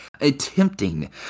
attempting